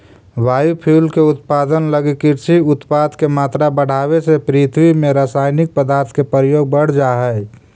biofuel के उत्पादन लगी कृषि उत्पाद के मात्रा बढ़ावे से पृथ्वी में रसायनिक पदार्थ के प्रयोग बढ़ जा हई